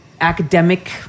Academic